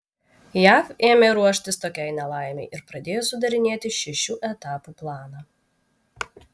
jav ėmė ruoštis tokiai nelaimei ir pradėjo sudarinėti šešių etapų planą